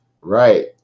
right